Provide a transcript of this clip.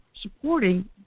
supporting